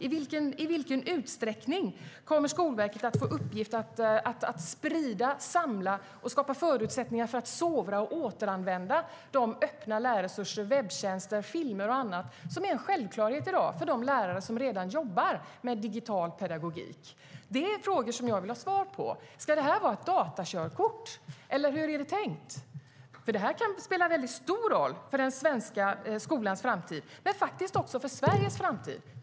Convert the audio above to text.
I vilken utsträckning kommer Skolverket att få i uppgift att sprida, samla och skapa förutsättningar för att sovra och återanvända de öppna läranderesurser - webbtjänster, filmer och annat - som i dag är en självklarhet för de lärare som redan jobbar med digital pedagogik? Det är frågor jag vill ha svar på. Ska det vara ett datorkörkort, eller hur är det tänkt? Det här kan nämligen spela stor roll för den svenska skolans framtid men faktiskt också för Sveriges framtid.